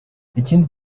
ikindi